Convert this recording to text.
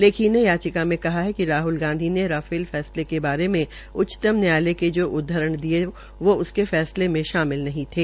लेखी ने याचिका में कहा है कि राहल गांधी ने राफेल फैसले के बारे में उच्चतम न्यायालय के जो उदधरण दिये वे उसके फैसले में शामिल नहीं थे